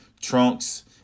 Trunks